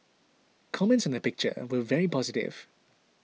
comments on the picture were very positive